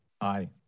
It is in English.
Aye